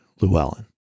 Llewellyn